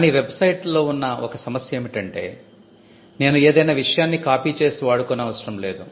కానీ వెబ్సైట్తో ఉన్న ఒక సమస్య ఏమిటంటే నేను ఏదైనా విషయాన్ని కాపీ చేసి వాడుకోనవసరం లేదు